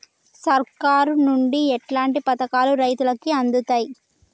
సర్కారు నుండి ఎట్లాంటి పథకాలు రైతులకి అందుతయ్?